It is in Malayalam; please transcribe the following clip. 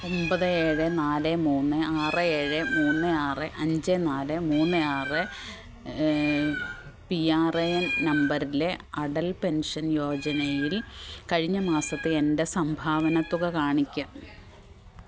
ഒമ്പത് ഏഴ് നാല് മൂന്ന് ആറ് ഏഴ് മൂന്ന് ആറ് അഞ്ച് നാല് മൂന്ന് ആറ് പി ആർ എ എൻ നമ്പറിലെ അടൽ പെൻഷൻ യോജനയിൽ കഴിഞ്ഞ മാസത്തെ എൻ്റെ സംഭാവന തുക കാണിക്ക്